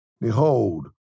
Behold